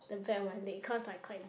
the back of my leg cause like quite dark